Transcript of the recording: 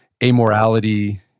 amorality